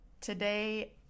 Today